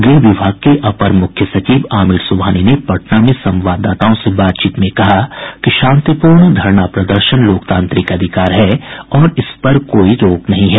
गृह विभाग के अपर मुख्य सचिव आमिर सुबहानी ने पटना में संवाददाताओं से बातचीत में कहा कि शांतिपूर्ण धरना प्रदर्शन लोकतांत्रिक अधिकार है और इस पर कोई रोक नहीं है